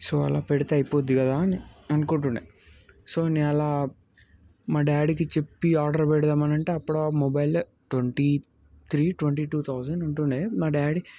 so అలా పెడితే అయిపోద్ది కదా అని అనుకుంటుండే సో నేను అలా మా డాడీకి చెప్పి ఆర్డర్ పెడదామని అంటే అప్పుడు ఆ mobile twenty three twenty two thousand ఉంటుండే మా డాడీ